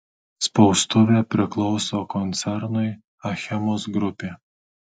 spaustuvė priklauso koncernui achemos grupė